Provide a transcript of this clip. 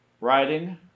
writing